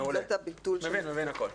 מעולה, אני מבין הכול.